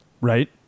Right